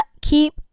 keep